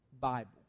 Bible